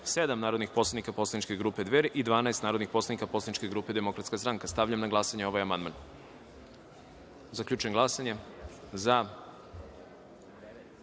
narodnih poslanik poslaničke grupe Dveri i 12 narodnih poslanika poslaničke grupe Demokratska stranka. Stavljam na glasanje ovaj amandman. Zaključujem glasanje i